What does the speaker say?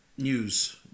News